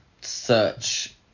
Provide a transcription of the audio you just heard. search